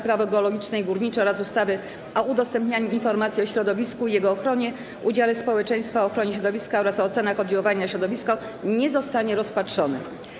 Prawo geologiczne i górnicze oraz ustawy o udostępnianiu informacji o środowisku i jego ochronie, udziale społeczeństwa w ochronie środowiska oraz o ocenach oddziaływania na środowisko nie zostanie rozpatrzony.